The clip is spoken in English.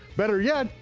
better yet,